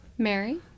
Mary